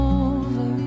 over